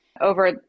over